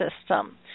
system